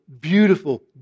beautiful